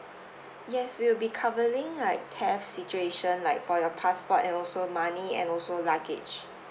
yes will be covering like theft situation like for your passport and also money and also luggage